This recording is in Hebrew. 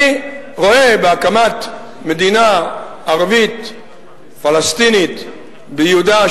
אני רואה בהקמת מדינה ערבית פלסטינית ביהודה,